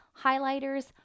highlighters